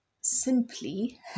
simply